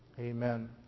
Amen